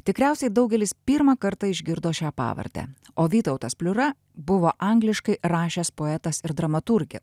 tikriausiai daugelis pirmą kartą išgirdo šią pavardę o vytautas pliura buvo angliškai rašęs poetas ir dramaturgė